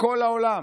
בכל העולם,